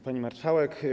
Pani Marszałek!